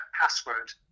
password